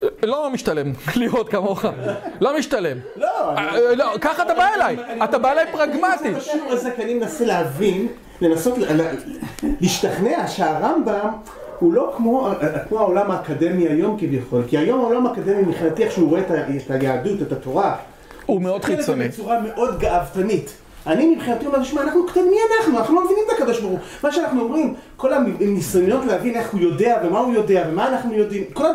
לא משתלם להיות כמוך! לא משתלם! לא... אה... לא...ככה אתה בא אליי! אתה בא אליי פרגמטי! אני מנסה להבין, לנסות להשתכנע שהרמב"ם הוא לא כמו אה... כמו העולם האקדמי היום כביכול, כי היום העולם האקדמי מבחינתי איך שהוא רואה את היהדות, את התורה, הוא מאוד חיצוני. הוא מסתכל עליה בצורה מאוד גאוותנית. אני מבחינתי אומר, שמע, אנחנו קטנים! מי אנחנו? אנחנו לא מבינים את הקדוש ברוך הוא. מה שאנחנו אומרים כל הניסיונות להבין איך הוא יודע ומה הוא יודע ומה אנחנו יודעים. כל ה...